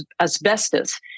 asbestos